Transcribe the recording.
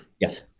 Yes